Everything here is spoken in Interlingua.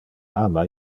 ama